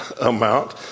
amount